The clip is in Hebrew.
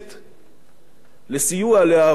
לסייע לערוץ בפעם הרביעית.